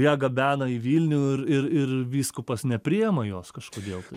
ją gabena į vilnių ir ir ir vyskupas nepriima jos kažkodėl tai